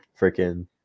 freaking